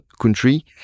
country